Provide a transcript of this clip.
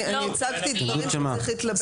אני הצגתי דברים שצריך להתלבט עליהם.